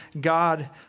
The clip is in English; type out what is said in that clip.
God